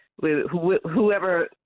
whoever